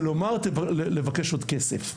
ולומר לבקש עוד כסף,